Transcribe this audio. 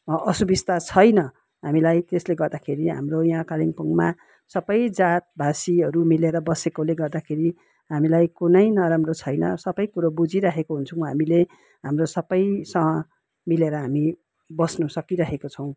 असुविस्ता छैन हामीलाई त्यसले गर्दाखेरि हाम्रो यहाँ कालिम्पोङमा सबै जात भाषीहरू मिलेर बसेकोले गर्दाखेरि हामीलाई कुनै नराम्रो छैन सबै कुरो बुझिरहेको हुन्छौँ हामीले हाम्रो सबैसँग मिलेर हामी बस्न सकिरहेको छौँ